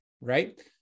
Right